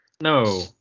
No